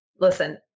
listen